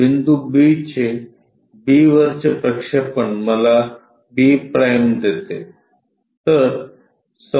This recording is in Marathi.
बिंदू B चे b वरचे प्रक्षेपण मला b' देते